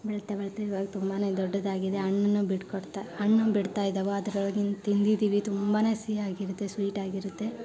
ಬೆಳೀತಾ ಬೆಳೀತಾ ಇವಾಗ ತುಂಬಾ ದೊಡ್ಡದಾಗಿದೆ ಹಣ್ಣನ್ನು ಬಿಟ್ಕೊಡ್ತಾ ಹಣ್ಣು ಬಿಡ್ತಾ ಇದ್ದವು ಅದ್ರೊಳಗಿಂದು ತಿಂದಿದೀವಿ ತುಂಬ ಸಿಹಿಯಾಗಿರುತ್ತೆ ಸ್ವೀಟಾಗಿರುತ್ತೆ